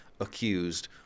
accused